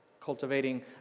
cultivating